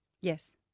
Yes